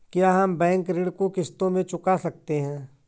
क्या हम बैंक ऋण को किश्तों में चुका सकते हैं?